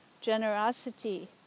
generosity